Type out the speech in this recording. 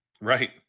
Right